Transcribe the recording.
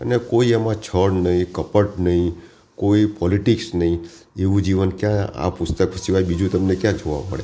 અને કોઈ એમાં છળ નહીં કપટ નહીં કોઈ પોલિટિક્સ નહીં એવું જીવન ક્યાં આ પુસ્તક સિવાય બીજું તમને ક્યાં જોવા મળે